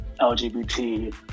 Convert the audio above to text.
LGBT